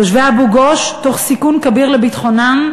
תושבי אבו-גוש, תוך סיכון כביר של ביטחונם,